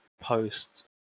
post